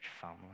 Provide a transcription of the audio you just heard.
family